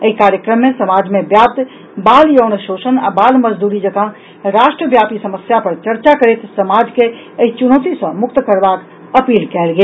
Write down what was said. एहि कार्यक्रम मे समाज मे व्याप्त बाल यौन शोषण आ बाल मजदूरी जकां राष्ट्रव्यापी समस्या पर चर्चा करैत समाज के एहि चुनौती सॅ मुक्त करबाक अपील कयल गेल